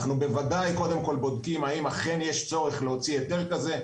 אנחנו בוודאי קודם כל בודקים האם יש צורך להוציא היתר כזה.